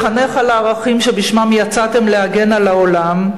לחנך על הערכים שבשמם יצאתם להגן על העולם,